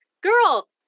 girl